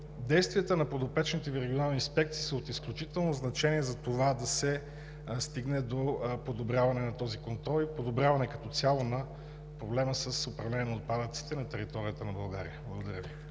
действията на подопечните Ви регионални инспекции са от изключително значение за това да се стигне до подобряване на този контрол и подобряване като цяло на проблема с управлението на отпадъците на територията на България. Благодаря Ви.